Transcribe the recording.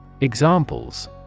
Examples